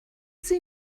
sie